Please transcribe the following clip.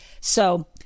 So-